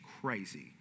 crazy